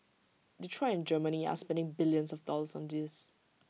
Detroit and Germany are spending billions of dollars on this